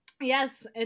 Yes